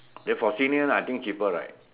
therefore seniors I think cheaper right